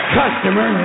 customer